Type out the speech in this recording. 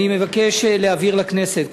אני מבקש להבהיר לכנסת,